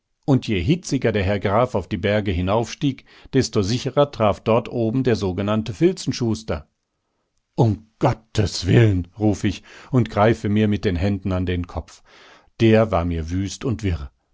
und je hitziger der herr graf auf die berge hinaufstieg desto sicherer traf dort oben der sogenannte filzenschuster um gottes willen ruf ich und greife mir mit den händen an den kopf der war mir wüst und wirr